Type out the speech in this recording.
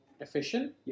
efficient